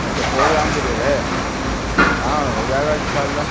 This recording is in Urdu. اچھا پروگرام کے لیے ہے ہاں ہو جائے گا ان شاء اللہ